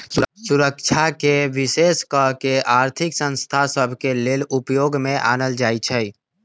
सुरक्षाके विशेष कऽ के आर्थिक संस्था सभ के लेले उपयोग में आनल जाइ छइ